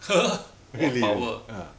!huh! !wah! power